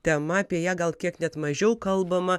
tema apie ją gal kiek net mažiau kalbama